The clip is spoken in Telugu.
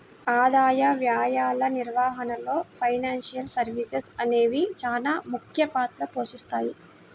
ఆదాయ వ్యయాల నిర్వహణలో ఫైనాన్షియల్ సర్వీసెస్ అనేవి చానా ముఖ్య పాత్ర పోషిత్తాయి